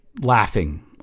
laughing